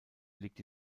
liegt